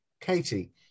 Katie